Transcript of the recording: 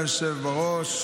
על הצעת החוק החשובה והחברתית